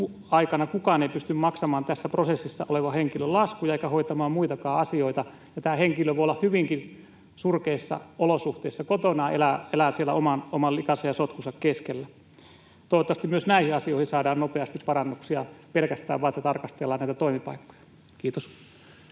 aikana kukaan ei pysty maksamaan tässä prosessissa olevan henkilön laskuja eikä hoitamaan muitakaan asioita, ja tämä henkilö voi olla hyvinkin surkeissa olosuhteissa kotona, elää siellä oman likansa ja sotkunsa keskellä. Toivottavasti myös näihin asioihin saadaan nopeasti parannuksia pelkästään sillä, että tarkastellaan näitä toimipaikkoja. — Kiitos.